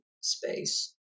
space